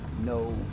no